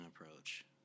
approach